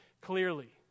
clearly